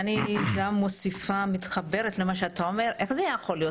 אני גם מוסיפה ומתחברת למה שאתה אומר איך זה יכול להיות